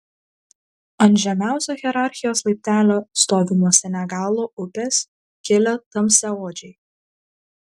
ant žemiausio hierarchijos laiptelio stovi nuo senegalo upės kilę tamsiaodžiai